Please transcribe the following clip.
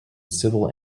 civil